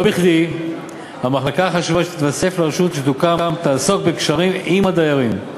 לא בכדי המחלקה החשובה שתתווסף לרשות שתוקם תעסוק בקשרים עם הדיירים.